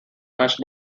matched